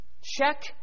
check